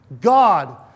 God